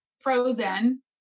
frozen